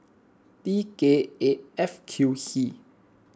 T K eight F Q C